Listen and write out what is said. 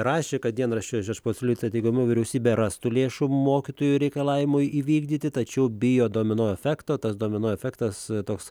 rašė kad dienraščio žečpospolita teigimu vyriausybė rastų lėšų mokytojų reikalavimui įvykdyti tačiau bijo domino efekto tas domino efektas toks